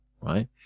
right